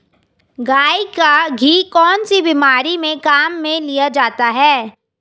गाय का घी कौनसी बीमारी में काम में लिया जाता है?